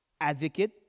advocate